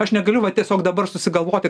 aš negaliu va tiesiog dabar susigalvoti kad